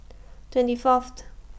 twenty Fourth